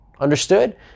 Understood